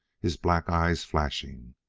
his black eyes flashing,